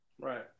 Right